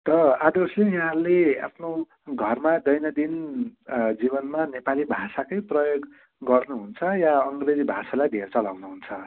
त आदर्शले यहाँले आफ्नो घरमा दैनन्दिन जीवनमा नेपाली भाषाकै प्रयोग गर्नुहुन्छ या अङ्ग्रेजी भाषालाई धेर चलाउनु हुन्छ